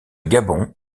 gabon